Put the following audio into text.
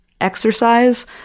exercise